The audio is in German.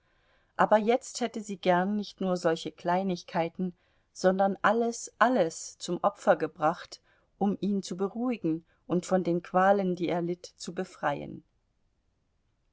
aber jetzt hätte sie gern nicht nur solche kleinigkeiten sondern alles alles zum opfer gebracht um ihn zu beruhigen und von den qualen die er litt zu befreien